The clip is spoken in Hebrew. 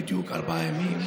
בדיוק לפני ארבעה ימים.